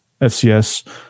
FCS